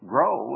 Grow